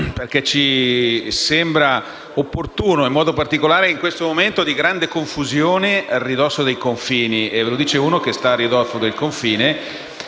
che ci sembra opportuno, in modo particolare in questo momento di grande confusione a ridosso dei confini: ve lo dice uno che sta a ridosso del confine.